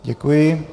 Děkuji.